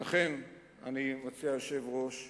ולכן אני מציע, היושב-ראש,